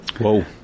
Whoa